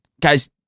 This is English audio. guys